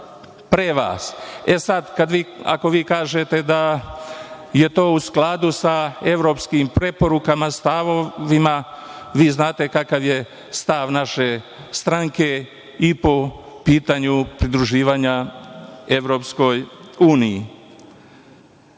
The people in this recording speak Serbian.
Sada, ako vi kažete da je to u skladu sa evropskim preporukama, stavovima, vi znate kakav je stav naše stranke i po pitanju pridruživanja EU.Za vaš